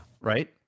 right